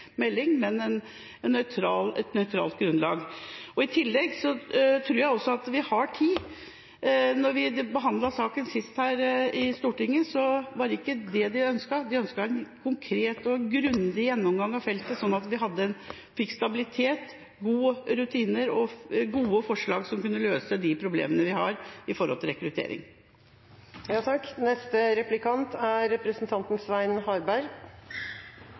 melding, men et nøytralt grunnlag. I tillegg tror jeg også at vi har tid. Da vi sist behandlet saken i Stortinget, var det ikke det man ønsket. Man ønsket en konkret og grundig gjennomgang av feltet, slik at man fikk stabilitet, gode rutiner og gode forslag som kunne løse de problemene vi har i tilknytning til rekruttering. Som Mandt som saksordfører sa, har det vært godt samarbeid i denne saken, og det er